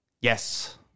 Yes